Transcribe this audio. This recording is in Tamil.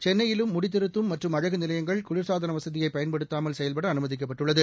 சென்னையிலும் முடித்திருத்தும் மற்றும் அழகு நிலையங்கள் குளிர்சாதன வசதியை பயன்படுத்தாமல் செயல்படவும் அனுமதிக்கப்பட்டுள்ளது